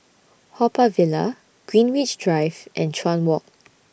Haw Par Villa Greenwich Drive and Chuan Walk